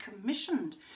commissioned